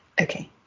Okay